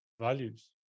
values